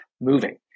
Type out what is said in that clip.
moving